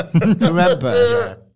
Remember